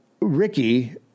Ricky